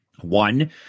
One